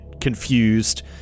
confused